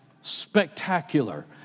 spectacular